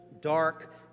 dark